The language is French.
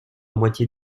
moitié